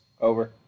Over